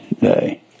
day